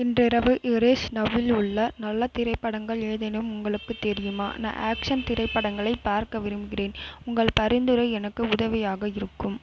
இன்றிரவு இரேஸ் நவில் உள்ள நல்ல திரைப்படங்கள் ஏதேனும் உங்களுக்குத் தெரியுமா நான் ஆக்ஷன் திரைப்படங்களை பார்க்க விரும்புகிறேன் உங்கள் பரிந்துரை எனக்கு உதவியாக இருக்கும்